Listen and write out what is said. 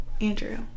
Andrew